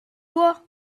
toi